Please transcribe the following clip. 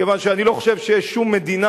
כיוון שאני לא חושב שיש שום מדינה,